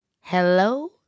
hello